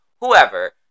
whoever